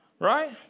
Right